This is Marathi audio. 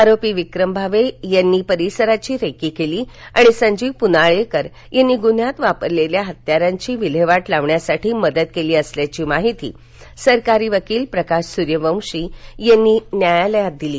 आरोपी विक्रम भावे यांनी परिसराची रेकी केली आणि संजीव प्नाळेकर यांनी गुन्ह्यात वापरलेल्या हत्यारांची विल्हेवाट लावण्यासाठी मदत केली असल्याची माहिती सरकारी वकील प्रकाश सूर्यवंशी यांनी न्यायालयात दिली